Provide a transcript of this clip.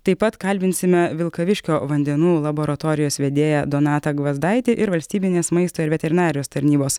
taip pat kalbinsime vilkaviškio vandenų laboratorijos vedėją donatą gvazdaitį ir valstybinės maisto ir veterinarijos tarnybos